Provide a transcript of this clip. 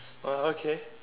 oh okay